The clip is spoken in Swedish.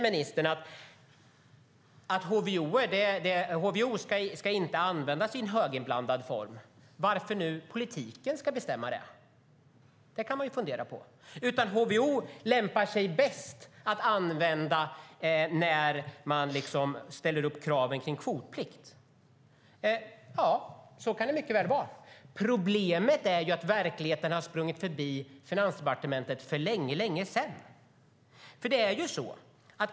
Ministern säger att HVO inte ska användas i höginblandad form. Varför ska politiken bestämma det? Det kan man fundera på. Han menar att HVO lämpar sig bäst att använda när man ställer upp kraven kring kvotplikt. Ja, så kan det mycket väl vara. Men problemet är att verkligheten har sprungit förbi Finansdepartementet för länge sedan.